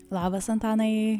labas antanai